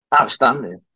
Outstanding